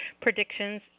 predictions